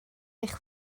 eich